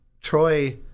Troy